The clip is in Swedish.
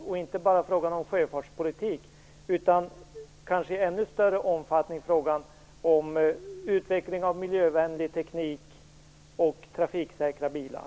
Det gäller inte bara sjöfartspolitik utan kanske i ännu större omfattning frågan om utveckling av miljövänlig teknik och trafiksäkra bilar.